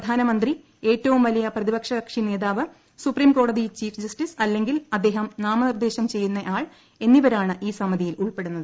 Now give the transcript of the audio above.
പ്രധാനമന്ത്രി ഏറ്റവും വലിയ പ്രതിപക്ഷ കക്ഷി നേതാവ് സുപ്രീംകോടതി ചീഫ് ജസ്റ്റിസ് അല്ലെങ്കിൽ അദ്ദേഹം ന്രിമനിർദ്ദേശം ചെയ്യുന്നയാൾ എന്നിവരാണ് ഈ സമിതിയിൽ ഉൾപ്പെടുന്നത്